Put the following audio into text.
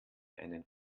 einen